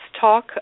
talk